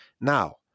now